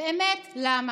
באמת, למה?